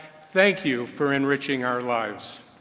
thank you for enriching our lives.